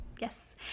Yes